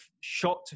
shot